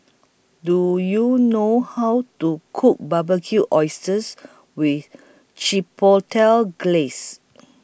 Do YOU know How to Cook Barbecued Oysters with Chipotle Glaze